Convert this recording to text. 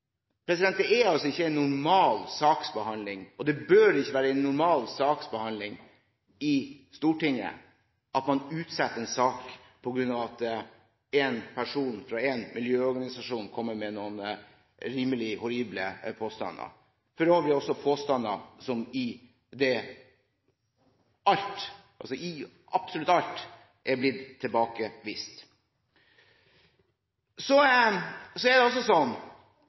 Det er ikke normal saksbehandling, og det bør ikke være normal saksbehandling i Stortinget at man utsetter en sak på grunn av at én person fra én miljøorganisasjon kommer med noen rimelig horrible påstander. Det er for øvrig også påstander hvor absolutt alt har blitt tilbakevist. Og når en først er inne på malurt: Dette er det